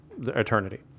eternity